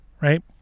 right